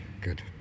good